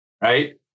right